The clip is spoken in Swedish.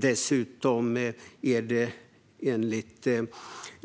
Dessutom är det enligt